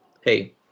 hey